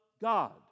God